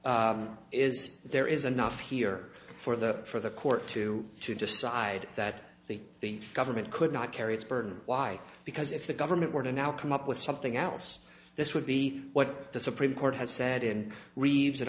is there is enough here for the for the court to to decide that the the government could not carry its burden why because if the government were to now come up with something else this would be what the supreme court has said in re